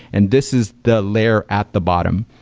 and this is the layer at the bottom.